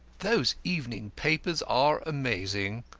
those evening papers are amazing,